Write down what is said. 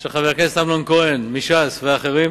של חבר הכנסת אמנון כהן מש"ס ואחרים.